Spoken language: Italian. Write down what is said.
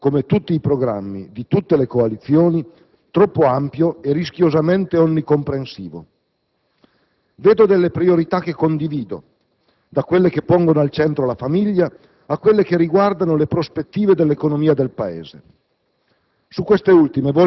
per sua natura - come tutti i programmi di tutte le coalizioni - troppo ampio e rischiosamente onnicomprensivo. Vedo priorità che condivido, da quelle che pongono al centro la famiglia a quelle che riguardano le prospettive dell'economia del Paese.